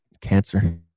Cancer